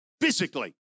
physically